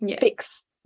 fix